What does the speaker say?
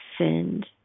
sinned